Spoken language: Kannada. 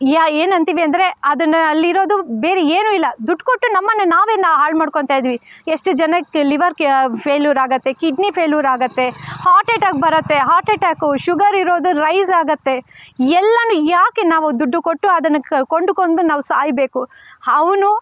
ಯಾ ಏನಂತೀವಿ ಅಂದರೆ ಅದನ್ನು ಅಲ್ಲಿರೋದು ಬೇರೆ ಏನೂ ಇಲ್ಲ ದುಡ್ಡು ಕೊಟ್ಟು ನಮ್ಮನ್ನೆ ನಾವೇ ಹಾಳುಮಾಡ್ಕೊಂತಾ ಇದೀವಿ ಎಷ್ಟು ಜನಕ್ಕೆ ಲಿವರ್ ಕೆ ಫೇಲ್ಯೂರ್ ಆಗುತ್ತೆ ಕಿಡ್ನಿ ಫೇಲ್ಯೂರ್ ಆಗುತ್ತೆ ಹಾರ್ಟ್ ಅಟ್ಯಾಕ್ ಬರುತ್ತೆ ಹಾರ್ಟ್ ಅಟ್ಯಾಕ್ ಶುಗರ್ ಇರೋದು ರೈಜ಼್ ಆಗುತ್ತೆ ಎಲ್ಲ ಯಾಕೆ ನಾವು ದುಡ್ಡು ಕೊಟ್ಟು ಅದನ್ನು ಕೊಂಡುಕೊಂಡು ನಾವು ಸಾಯಬೇಕು ಅವ್ನು